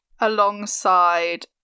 alongside